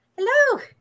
Hello